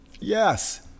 Yes